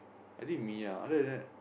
I think Miya other than that